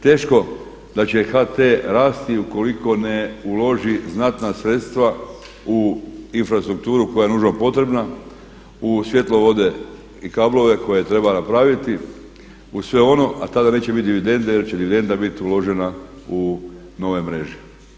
Teško da će HT rasti ukoliko ne uloži znatna sredstva u infrastrukturu koja je nužno potrebna u svjetlovode i kabele koje treba napraviti, uz sve ono a tada neće biti dividende jer će dividenda biti uložena u nove mreže.